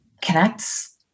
connects